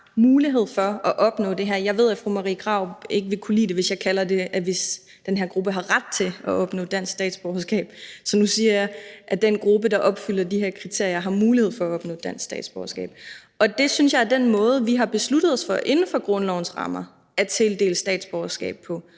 mulighed for at opnå det her. Jeg ved, at fru Marie Krarup ikke vil kunne lide det, hvis jeg kalder det, at den her gruppe har ret til at opnå dansk statsborgerskab, så nu siger jeg, at den gruppe, der opfylder de her kriterier, har mulighed for at opnå dansk statsborgerskab. Det synes jeg er den måde, vi har besluttet os for, inden for grundlovens rammer at tildele statsborgerskab på,